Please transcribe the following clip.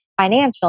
financial